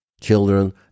children